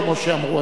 כמו שאמרו,